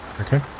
okay